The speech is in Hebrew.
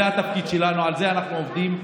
זה התפקיד שלנו, על זה אנחנו עובדים.